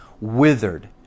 withered